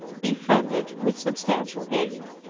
befriend it with substantial aid.